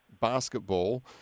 basketball